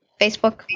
Facebook